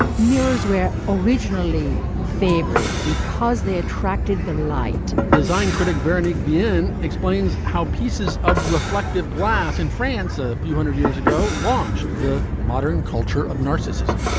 mirrors were originally favored because they attracted the light design critic vernick v n explains how pieces of reflective glass in france a few hundred years ago launched the modern culture of narcissism.